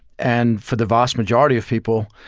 and for the vast majority of people,